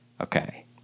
Okay